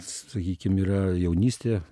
sakykim yra jaunystė